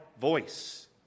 voice